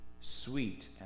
sweet